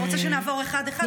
אתה רוצה שנעבור אחד-אחד?